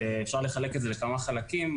אפשר לחלק את זה לכמה חלקים.